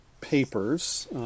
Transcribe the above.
papers